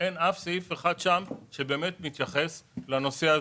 אין אף סעיף שבאמת מתייחס לנושא הזה,